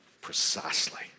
Precisely